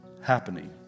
happening